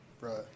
Right